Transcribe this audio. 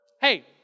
Hey